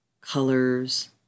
colors